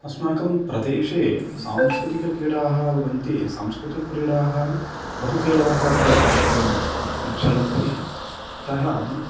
अस्माकं प्रदेशे सांस्कृतिकक्रीडाः भवन्ति सांस्कृतिकक्रीडाः बहुक्रीडाः अत्र चलन्ति अतः